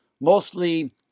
mostly